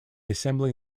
assembly